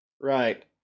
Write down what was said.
Right